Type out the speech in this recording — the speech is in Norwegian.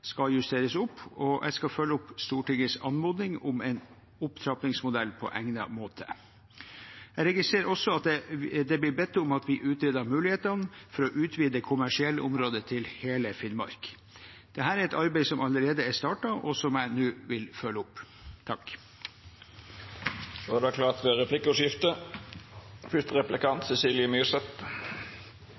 skal justeres opp, og jeg skal følge opp Stortingets anmodning om en opptrappingsmodell på egnet måte. Jeg registrerer også at det blir bedt om at vi utreder mulighetene for å utvide kommersielle områder til hele Finnmark. Dette er et arbeid som allerede er startet, og som jeg nå vil følge opp.